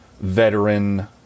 veteran